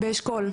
באשכול.